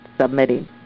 submitting